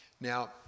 Now